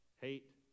hate